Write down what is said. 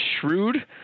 shrewd